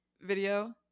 video